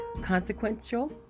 consequential